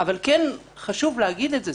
אבל חשוב להגיד את זה.